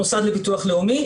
המוסד לביטוח לאומי,